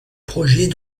projet